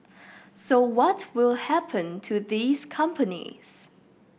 so what will happen to these companies